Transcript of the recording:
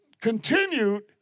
continued